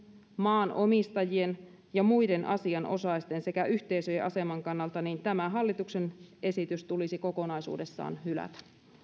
maanomistajien ja muiden asianosaisten sekä yhteisöjen aseman kannalta niin tämä hallituksen esitys tulisi kokonaisuudessaan hylätä